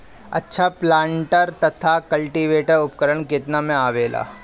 अच्छा प्लांटर तथा क्लटीवेटर उपकरण केतना में आवेला?